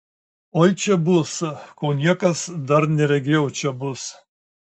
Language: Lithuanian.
oi čia bus ko niekas dar neregėjo čia bus